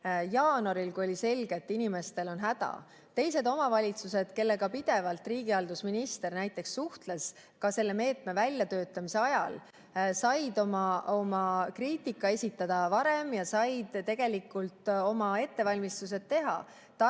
jaanuaril, kui oli selge, et inimestel on häda. Teised omavalitsused, kellega riigihalduse minister suhtles pidevalt ka selle meetme väljatöötamise ajal, said oma kriitika esitada varem ja said tegelikult oma ettevalmistused teha. Tartu